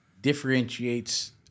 differentiates